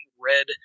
red